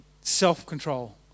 self-control